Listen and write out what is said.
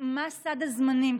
מה סד הזמנים?